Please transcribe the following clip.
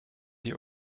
die